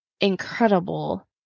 incredible